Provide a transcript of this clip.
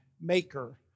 maker